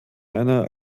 einer